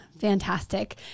fantastic